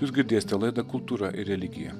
jūs girdėsite laidą kultūra ir religija